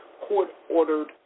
court-ordered